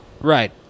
right